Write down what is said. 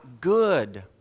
good